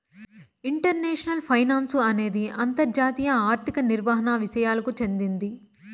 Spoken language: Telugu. ఇంటర్నేషనల్ ఫైనాన్సు అనేది అంతర్జాతీయ ఆర్థిక నిర్వహణ విసయాలకు చెందింది